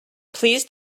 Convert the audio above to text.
please